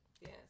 yes